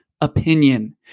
opinion